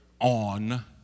on